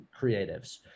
creatives